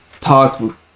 talk